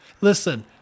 Listen